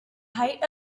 height